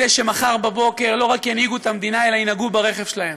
אלה שמחר בבוקר לא רק ינהיגו את המדינה אלא ינהגו ברכב שלהם: